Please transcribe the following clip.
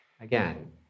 Again